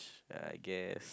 I guess